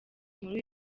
nkuru